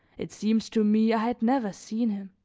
it seemed to me i had never seen him.